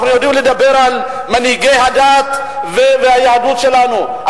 אנחנו יודעים לדבר על מנהיגי הדת והיהדות שלנו,